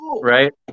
Right